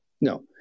no